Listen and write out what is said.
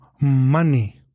money